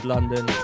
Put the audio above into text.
London